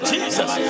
Jesus